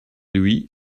lui